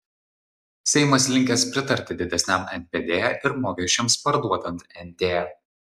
seimas linkęs pritarti didesniam npd ir mokesčiams parduodant nt